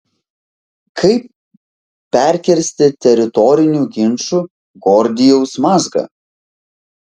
kaip perkirsti teritorinių ginčų gordijaus mazgą